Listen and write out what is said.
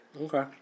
Okay